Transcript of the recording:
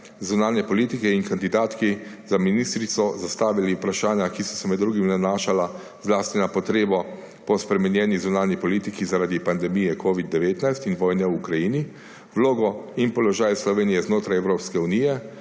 zunanje politike in kandidatki za ministrico zastavili vprašanja, ki so se med drugim nanašala zlasti na potrebo po spremenjeni zunanji politiki zaradi pandemije covida-19 in vojne v Ukrajini, vlogo in položaj Slovenije znotraj Evropske unije,